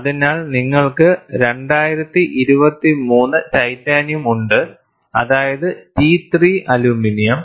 അതിനാൽ നിങ്ങൾക്ക് 2023 ടൈറ്റാനിയം ഉണ്ട് അതായത് T3 അലുമിനിയം